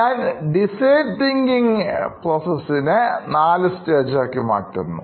ഞാൻ design thinking Process നെ 4 stage ആക്കി മാറ്റുന്നു